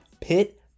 Pit